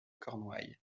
cornouaille